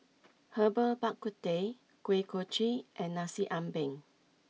Herbal Bak Ku Teh Kuih Kochi and Nasi Ambeng